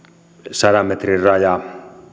sadan metrin raja